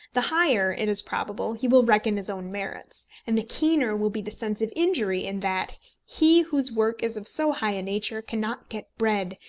the higher, it is probable, he will reckon his own merits and the keener will be the sense of injury in that he whose work is of so high a nature cannot get bread,